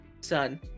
Son